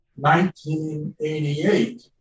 1988